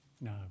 No